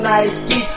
Nike